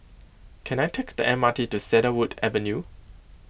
can I take the M R T to Cedarwood Avenue